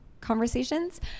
conversations